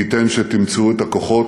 מי ייתן שתמצאו את הכוחות